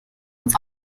ins